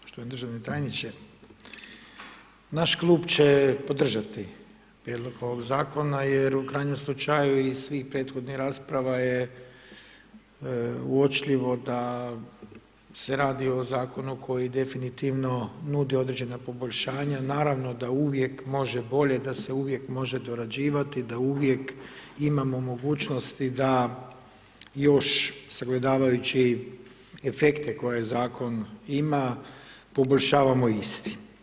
Poštovani državni tajniče, naš klub će podržati prijedlog ovog Zakona jer u krajnjem slučaju iz svih prethodnih rasprava je uočljivo da se radi o Zakonu koji definitivno nudi određena poboljšanja, naravno da uvijek može bolje, da se uvijek može dorađivati, da uvijek imamo mogućnosti da još, sagledavajući efekte koje Zakon ima, poboljšavamo isti.